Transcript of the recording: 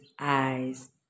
eyes